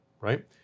right